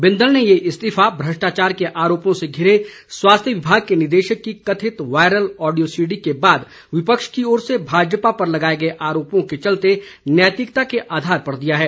बिंदल ने ये इस्तीफा भ्रष्टाचार के आरोपों से घिरे स्वास्थ्य विभाग के निदेशक की कथित वायरल ओडियो सीडी के बाद विपक्ष की ओर से भाजपा पर लगाए गए आरोपों के चलते नैतिकता के आधार पर दिया है